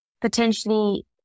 potentially